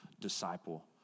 disciple